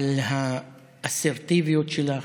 על האסרטיביות שלך,